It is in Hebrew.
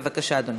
בבקשה, אדוני.